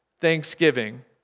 Thanksgiving